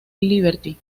liberty